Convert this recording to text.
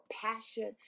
passion